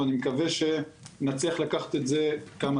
ואני מקווה שנצליח לקחת את זה כמה